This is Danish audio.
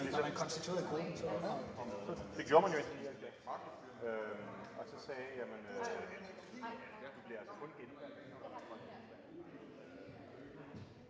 Det har man jo ikke